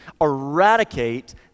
eradicate